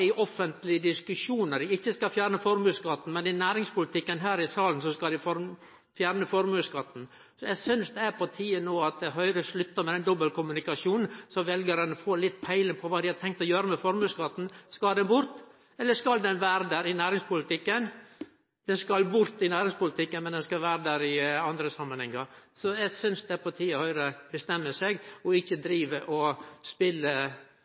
i offentlege diskusjonar dei ikkje skal fjerne formuesskatten? I næringspolitikken her i salen skal dei fjerne formuesskatten. Eg synest det er på tide no at Høgre sluttar med denne dobbeltkommunikasjonen, så veljarane får litt peiling på kva dei har tenkt å gjere med formuesskatten. Skal han bort, eller skal han vere der i næringspolitikken? Han skal bort i næringspolitikken, men han skal vere der i andre samanhengar. Eg synest det er på tide at Høgre bestemmer seg, og ikkje driv dobbeltspel for å